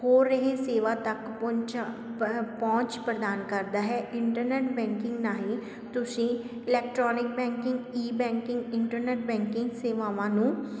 ਹੋ ਰਹੀ ਸੇਵਾ ਤੱਕ ਪਹੁੰਚਾ ਪਹੁੰਚ ਪ੍ਰਦਾਨ ਕਰਦਾ ਹੈ ਇੰਟਰਨੈੱਟ ਬੈਂਕਿੰਗ ਰਾਹੀਂ ਤੁਸੀਂ electronic banking e banking internet banking ਸੇਵਾਵਾਂ ਨੂੰ